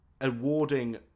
awarding